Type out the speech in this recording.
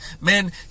Man